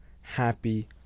happy